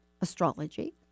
Astrology